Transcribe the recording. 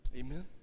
amen